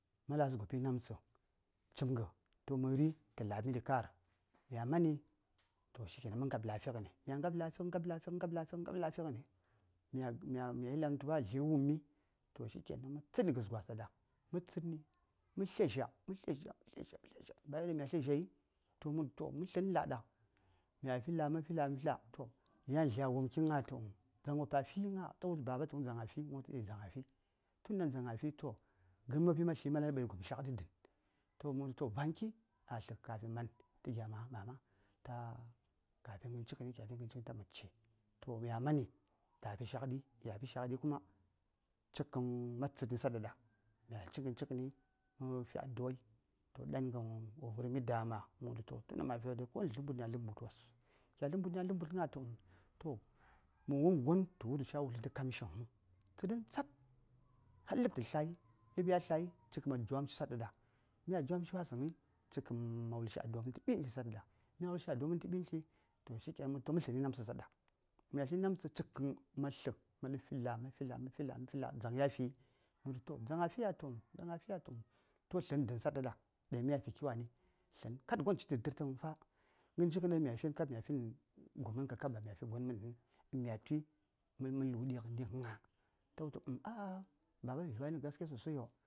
﻿Mya latsə gopi namtsə chighto məri tə la:b midi ka:r ya mani toh shikenan mə ngap la mə ngap la mə ngap lamə ngap la fighəni mya fi la dang mə yel dli wummi to shikenan mə tsədni a gəs gwas ɗaɗa mə tsədni mə tlya zha mə tlya zhə ma tlya zha mə tlya zha baya won ɗaŋ mya tlya zhai toh mə wultu toh mə tlən nə la: ɗaɗa mya fi la: mə fi la: mə fi la: toh yan dlyi a wumki gna tu uhn toh dzaŋ wopa fi ta wultu baba tu uhn dzaŋ wopa fi mə wultu eai ndzaŋ a fi tun ɗaŋ dzaŋ a fi yoh gəmmi wopi ma tli mana ləŋ ɓəɗi gom shaŋɗi dən toh ma wultu van ki a tlə kafin mə man tə gya mama mama ta ka fi ghan cighəni kya fi ghən cighəni ta mə ci toh kya mani ta fi shaŋɗi ca fi shaŋdi kuma cikkən ma tsədni saɗaɗa mya ci ghan cighəni toh mə fi aduai toh ɗan ghan wo vərmi dama toh mə wultu tun daŋ ma fi aduai komu təsəŋ mbudni a ləb mbud wos kya səŋ mbudni a ləbmbut gna tu uhn toh mə wupm gon tə wultu cha mbitə tə kamshiŋ tsədən tsab har ləb tə tlayi ləb ya tlayi cikkən ma iwam shi ɗaɗa mya jwamshi wasəŋyi cik kən ma wulshi adua mən saɗaɗa mya wulshi adua mən tə ɓintli toh mə wultu mə tlənni namtsə saɗaɗa mya tli namtsə cik kən ma tlən fi la: mə fi la: mə fi la: dzaŋ ya fi mə wultu toh dzaŋ a fi ya tu uhn dzaŋ a fi ya tu uhn toh tlən dən saɗaɗa ɗan mya fi kiwanən kada gon ciyi ci dərtəŋ fa kab ghəncighən ɗaŋ mya fin mya finə gomən kakab ba mya fin gon mən mya fi toh mə lu:ɗi kab gna toh ta wul baba vi:wai nə gaskiya sosai ɓaro